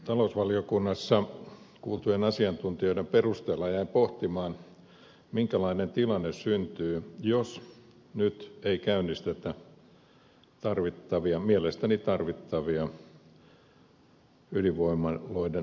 talousvaliokunnassa kuultujen asiatuntijoiden perusteella jäin pohtimaan minkälainen tilanne syntyy jos nyt ei käynnistetä mielestäni tarvittavia ydinvoimaloiden rakentamisia